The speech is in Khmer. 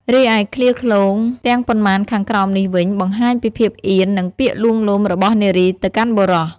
រីឯឃ្លាឃ្លោងទាំងប៉ុន្មានខាងក្រោមនេះវិញបង្ហាញពីភាពអៀន និងពាក្យលួងលោមរបស់នារីទៅកាន់បុរស។